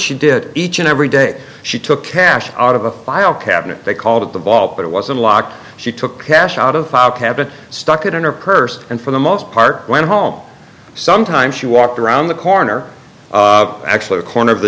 she did each and every day she took cash out of a file cabinet they called it the vault it was unlocked she took cash out of habit stuck it in her purse and for the most part went home some time she walked around the corner actually a corner of the